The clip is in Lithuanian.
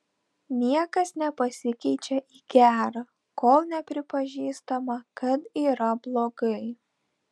niekas nepasikeičia į gerą kol nepripažįstama kad yra blogai